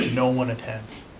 no one attends.